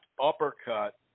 uppercut